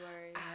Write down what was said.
worries